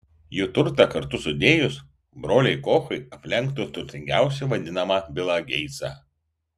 jų turtą kartu sudėjus broliai kochai aplenktų turtingiausiu vadinamą bilą geitsą